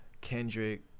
kendrick